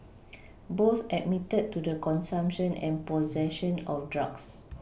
both admitted to the consumption and possession of drugs